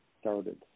started